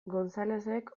gonzalezek